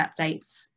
updates